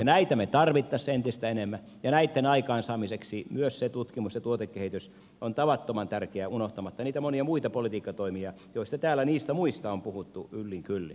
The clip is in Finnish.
näitä me tarvitsisimme entistä enemmän ja näitten aikaansaamiseksi myös se tutkimus ja tuotekehitys on tavattoman tärkeää unohtamatta niitä monia muita politiikkatoimia joista täällä niistä muista on puhuttu yllin kyllin